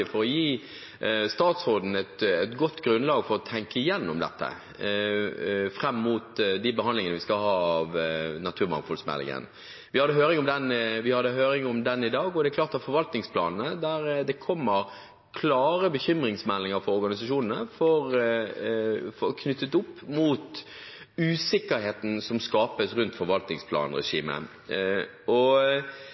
for å gi statsråden et godt grunnlag for å tenke igjennom dette fram mot behandlingen vi skal ha av naturmangfoldmeldingen. Vi hadde høring om den i dag, og det kommer klare bekymringsmeldinger fra organisasjonene knyttet til den usikkerheten som skapes rundt forvaltningsplanregimet. Jeg ber statsråden merke seg det